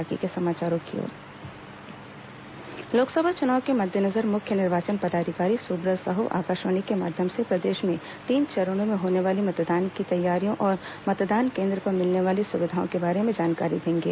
बातों बातों में लोकसभा चुनाव के मद्देनजर मुख्य निर्वाचन पदाधिकारी सुब्रत साहू आकाशवाणी के माध्यम से प्रदेश में तीन चरणों में होने वाले मतदान की तैयारियों और मतदान केन्द्र पर मिलने वाली सुविधाओं के बारे में जानकारी देंगे